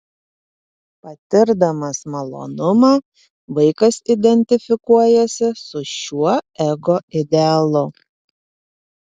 patirdamas malonumą vaikas identifikuojasi su šiuo ego idealu